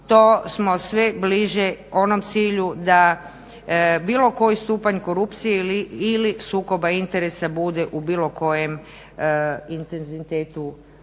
to smo sve bliže onom cilju da bilo koji stupanj korupcije ili sukoba interesa bude u bilo kojem intenzitetu